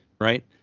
right